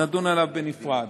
נדון בו בנפרד.